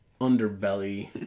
underbelly